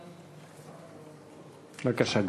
24,